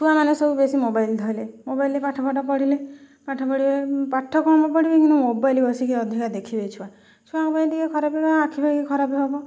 ଛୁଆ ମାନେ ସବୁ ବେଶି ମୋବାଇଲ ଧଇଲେ ମୋବାଇଲ ରେ ପାଠ ଫାଟ ପଢ଼ିଲେ ପାଠ ପଢ଼ିବା ପାଠ କମ୍ ପଢ଼ିବେ କିନ୍ତୁ ମୋବାଇଲ ବସିକି ଅଧିକା ଦେଖିବେ ଛୁଆ ଛୁଆଙ୍କ ପାଇଁ ଟିକେ ଖରାପ କ'ଣ ଆଖି ପାଖି ଖରାପ ହବ